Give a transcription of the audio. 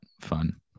fun